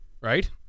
right